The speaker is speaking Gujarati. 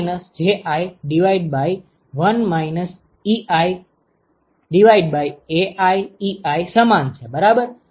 નોંધ લો કે આ qnetiEbi Ji1 iAii સમાન છે બરાબર